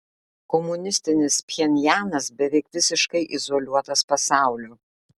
komunistinis pchenjanas beveik visiškai izoliuotas pasaulio